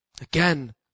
Again